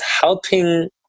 helping